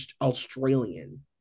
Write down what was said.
Australian